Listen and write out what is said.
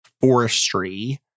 forestry